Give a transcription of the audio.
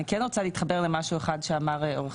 אני כן רוצה להתחבר למשהו אחד שאמר עורך